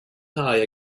tie